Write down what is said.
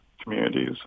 communities